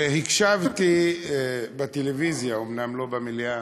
והקשבתי, בטלוויזיה אומנם, לא במליאה,